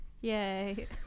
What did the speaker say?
yay